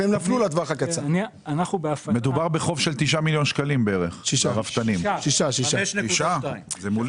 הבעיה בחדלות פירעון היא לא שלא רוצים לשלם להם,